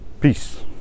Peace